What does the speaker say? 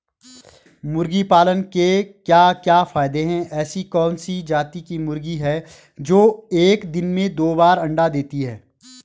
मुर्गी पालन के क्या क्या फायदे हैं ऐसी कौन सी जाती की मुर्गी है जो एक दिन में दो बार अंडा देती है?